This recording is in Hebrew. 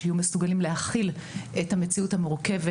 שיהיו מסוגלים להכיל את המציאות המורכבת